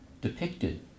depicted